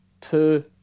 two